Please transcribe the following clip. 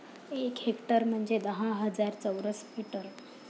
एक हेक्टर म्हणजे दहा हजार चौरस मीटर